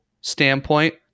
standpoint